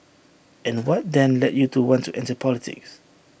and what then led you to want to enter politics